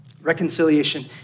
Reconciliation